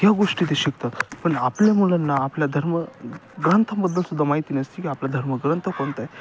ह्या गोष्टी ते शिकतात पण आपल्या मुलांना आपल्या धर्म ग्रंथाबद्दल सुद्धा माहिती नसते की आपलं धर्मग्रंथ कोणताय